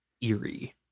eerie